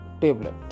tablet